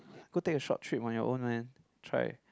go take a short trip on your own man try